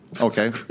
Okay